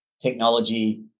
technology